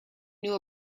knew